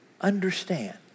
understand